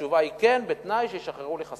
התשובה היא כן, בתנאי שישחררו לי חסמים.